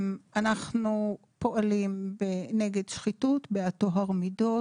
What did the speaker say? אנחנו פועלים נגד שחיתות ובעד טוהר מידות